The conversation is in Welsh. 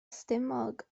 stumog